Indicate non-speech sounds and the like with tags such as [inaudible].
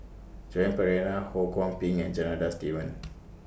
Joan Pereira Ho Kwon Ping and Janadas Devan [noise]